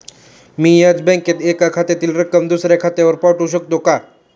मी याच बँकेत एका खात्यातील रक्कम दुसऱ्या खात्यावर पाठवू शकते का?